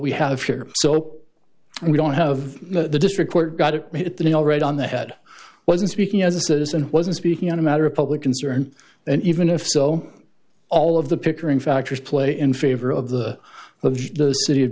we have here so we don't have the district court got it hit the nail right on the head wasn't speaking as a citizen wasn't speaking on a matter of public concern and even if so all of the pickering factors play in favor of the of the city of